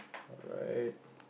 alright